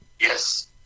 Yes